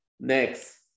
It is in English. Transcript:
Next